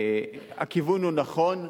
הכיוון הוא נכון,